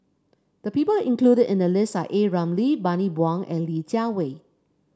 the people included in the list are A Ramli Bani Buang and Li Jiawei